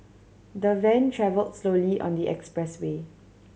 the van travelled slowly on the expressway